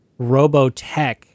Robotech